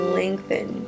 lengthen